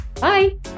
Bye